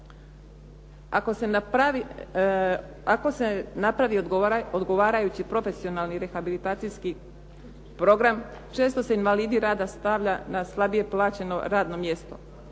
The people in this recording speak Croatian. Ako se napravi odgovarajući profesionalni rehabilitacijski program, često se invalide rada stavlja na slabije plaćeno radno mjesto.